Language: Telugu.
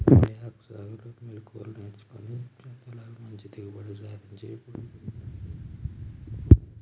తేయాకు సాగులో మెళుకువలు నేర్చుకొని చందులాల్ మంచి దిగుబడి సాధించి ఇప్పుడు విదేశాలకు ఎగుమతి చెస్తాండు